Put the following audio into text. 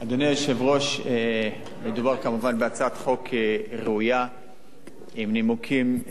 מדובר כמובן בהצעת חוק ראויה עם נימוקים ערכיים,